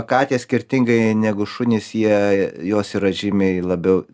katės skirtingai negu šunys jie jos yra žymiai labiau